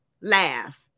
laugh